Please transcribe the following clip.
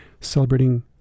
celebrating